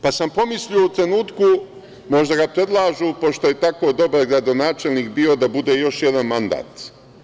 Pomislio sam u trenutku možda ga predlažu pošto je tako dobar gradonačelnik bio da bude još jedan mandat.